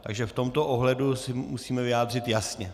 Takže v tomto ohledu se musíme vyjádřit jasně.